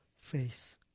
face